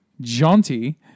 jaunty